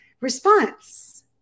response